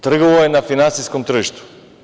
Trgovao je na finansijskom tržištu.